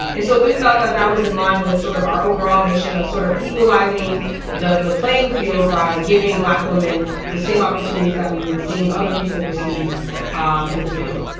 and so we felt that that was in line with sort of our overall mission of sort of equalizing the the playing field by giving black women the same opportunities that we've been seeing other people receive um in the field